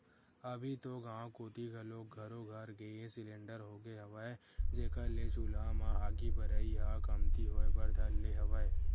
अभी तो गाँव कोती घलोक घरो घर गेंस सिलेंडर होगे हवय, जेखर ले चूल्हा म आगी बरई ह कमती होय बर धर ले हवय